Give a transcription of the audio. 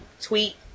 tweet